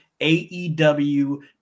AEW